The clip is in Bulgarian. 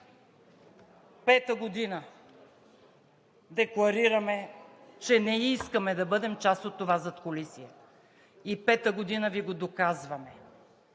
пета година декларираме, че не искаме да бъдем част от това задкулисие и пета година Ви го доказваме.